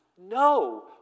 No